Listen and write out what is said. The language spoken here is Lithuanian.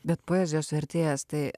bet poezijos vertėjas tai